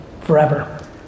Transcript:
forever